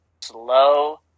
slow